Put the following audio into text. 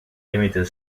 limited